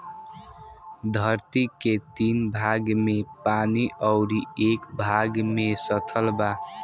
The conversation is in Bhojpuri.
धरती के तीन भाग में पानी अउरी एक भाग में स्थल बा